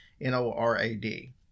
N-O-R-A-D